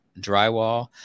drywall